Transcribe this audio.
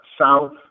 South